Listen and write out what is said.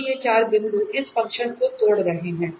तो ये चार बिंदु इस फ़ंक्शन को तोड़ रहे थे